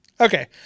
Okay